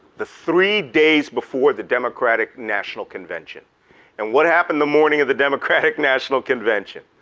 the three days before the democratic national convention and what happened the morning of the democratic national convention?